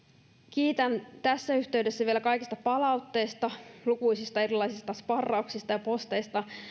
kiitän tässä yhteydessä vielä kaikista palautteista lukuisista erilaisista sparrauksista ja posteista